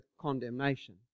condemnation